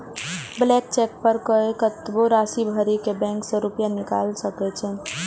blank cheque पर कोइ कतबो राशि भरि के बैंक सं रुपैया निकालि सकै छै